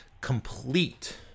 complete